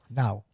now